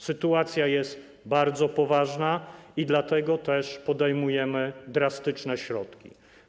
Sytuacja jest bardzo poważna i dlatego też podejmujemy drastyczne środki.